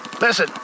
Listen